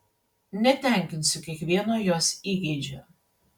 netenkinsiu kiekvieno jos įgeidžio